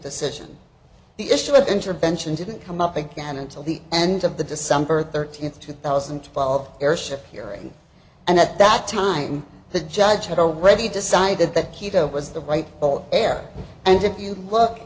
decision the issue of intervention didn't come up again until the end of the december thirteenth two thousand and twelve heirship hearing and at that time the judge had already decided that quito was the right but eric and if you look